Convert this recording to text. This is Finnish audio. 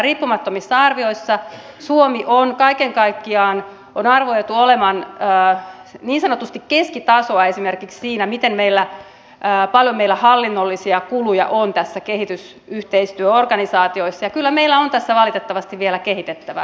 riippumattomissa arvioissa suomen on kaiken kaikkiaan arvioitu olevan niin sanotusti keskitasoa esimerkiksi siinä miten paljon meillä hallinnollisia kuluja on kehitysyhteistyöorganisaatioissa ja kyllä meillä on tässä valitettavasti vielä kehitettävää